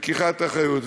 לקיחת אחריות.